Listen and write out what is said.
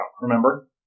remember